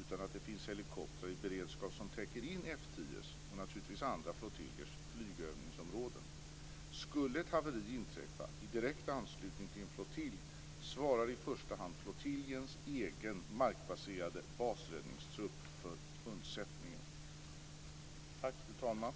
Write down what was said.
utan att det finns helikopter i beredskap som täcker in F 10:s - och naturligtvis andra flottiljers - flygövningsområden. Om ett haveri skulle inträffa i direkt anslutning till en flottilj svarar i första hand flottiljens egen markbaserade basräddningsgrupp för undsättningen. Tack, fru talman!